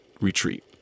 retreat